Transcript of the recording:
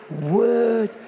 word